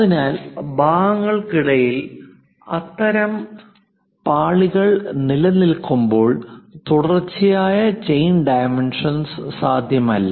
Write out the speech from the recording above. അതിനാൽ ഭാഗങ്ങൾക്കിടയിൽ അത്തരം പാളികൾ നിലനിൽക്കുമ്പോൾ തുടർച്ചയായ ചെയിൻ ഡൈമെൻഷൻസ് സാധ്യമല്ല